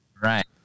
Right